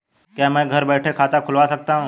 क्या मैं घर बैठे खाता खुलवा सकता हूँ?